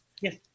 Yes